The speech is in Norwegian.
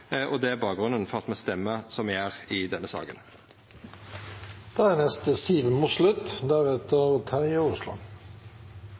og det er bakgrunnen for at me stemmer som me gjer i denne